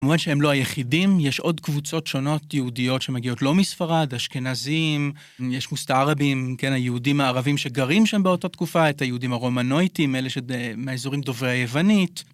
כמובן שהם לא היחידים, יש עוד קבוצות שונות יהודיות שמגיעות לא מספרד, אשכנזים, יש מוסתעערבים, כן, היהודים הערבים שגרים שם באותה תקופה, את היהודים הרומנויטים, אלה מהאזורים דוברי היוונית.